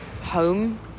home